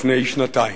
לפני שנתיים.